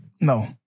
no